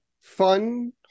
fun